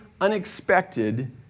unexpected